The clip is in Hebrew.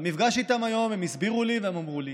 במפגש איתם היום הם הסבירו לי והם אמרו לי